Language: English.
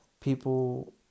people